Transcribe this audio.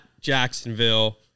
Jacksonville